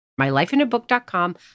MyLifeinabook.com